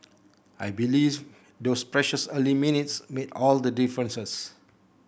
I believe those precious early minutes made all the differences